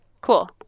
Cool